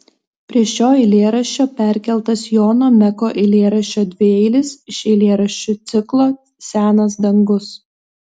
prie šio eilėraščio perkeltas jono meko eilėraščio dvieilis iš eilėraščių ciklo senas dangus